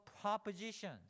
propositions